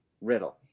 Riddle